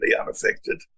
unaffected